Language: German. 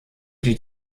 die